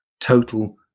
total